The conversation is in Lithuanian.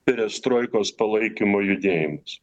perestroikos palaikymo judėjimas